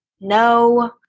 no